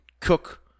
cook